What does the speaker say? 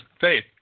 faith